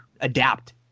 adapt